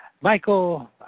Michael